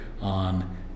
on